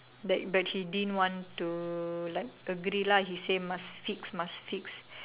that but she didn't want to like agree lah he say must fix must fix